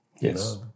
Yes